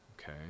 okay